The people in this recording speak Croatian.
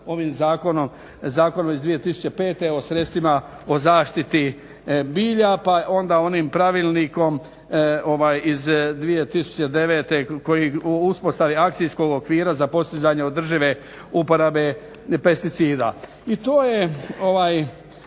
Zakonom iz 2005. o sredstvima u zaštiti bilja pa onda onim Pravilnikom iz 2009. o uspostavi akcijskog okvira za postizanje održive uporabe pesticida